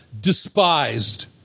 despised